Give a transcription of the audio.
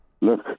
Look